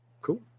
cool